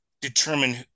determine